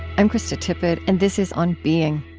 i'm krista tippett and this is on being.